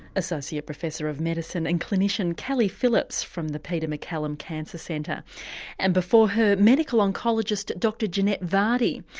associate professor of medicine and clinician kelly phillips from the peter maccallum cancer centre and before her, medical oncologist dr janette vardy.